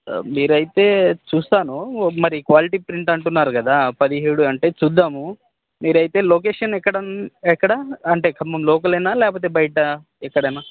మీరైతే చూస్తాను మరి క్వాలిటీ ప్రింట్ అంటున్నారు కదా పదిహేడు అంటే చూద్దాము మీరైతే లొకేషన్ ఎక్కడ ఎక్కడ అంటే ఖమం లోకలేనా లేకపోతే బయట ఎక్కడైనా